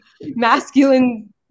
masculine